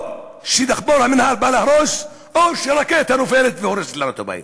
או שדחפור המינהל בא להרוס או שרקטה נופלת והורסת לנו את הבית.